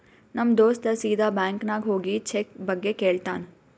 ನಮ್ ದೋಸ್ತ ಸೀದಾ ಬ್ಯಾಂಕ್ ನಾಗ್ ಹೋಗಿ ಚೆಕ್ ಬಗ್ಗೆ ಕೇಳ್ತಾನ್